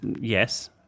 Yes